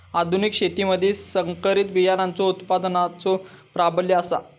आधुनिक शेतीमधि संकरित बियाणांचो उत्पादनाचो प्राबल्य आसा